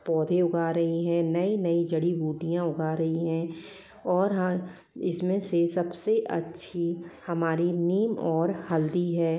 पौधे उगा रही है नई नई जड़ी बूटियाँ उगा रही है और हाँ इसमें से सबसे अच्छी हमारी नीम और हल्दी है